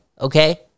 okay